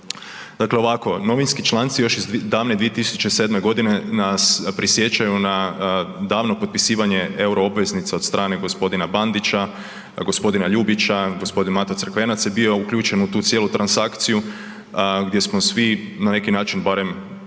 dakle ovako novinski članci još iz davne 2007. godine nas prisjećaju na davno potpisivanje euro obveznica od strane gospodina Bandića, gospodina Ljubića, gospodin Mato Crkvenac je bio uključen u tu cijelu transakciju gdje smo svi na neki način barem